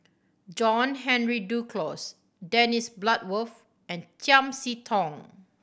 John Henry Duclos Dennis Bloodworth and Chiam See Tong